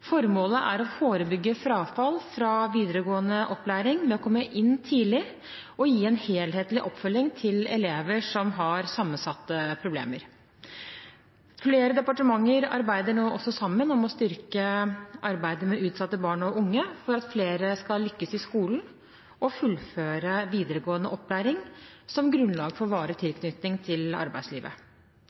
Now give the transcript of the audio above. Formålet er å forebygge frafall i videregående opplæring ved å komme inn tidlig og gi en helhetlig oppfølging av elever som har sammensatte problemer. Flere departementer arbeider nå også sammen om å styrke arbeidet med utsatte barn og unge for at flere skal lykkes i skolen og fullføre videregående opplæring, som grunnlag for varig tilknytning til arbeidslivet.